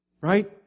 right